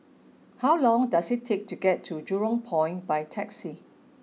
how long does it take to get to Jurong Point by taxi